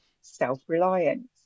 self-reliance